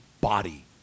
body